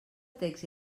text